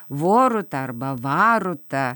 voruta arba varuta